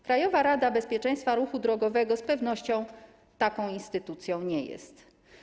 Krajowa Rada Bezpieczeństwa Ruchu Drogowego z pewnością taką instytucją nie jest.